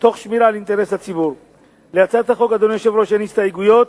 להצעת החוק, אדוני היושב-ראש, אין הסתייגויות,